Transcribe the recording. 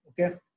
Okay